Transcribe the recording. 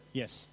Yes